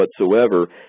whatsoever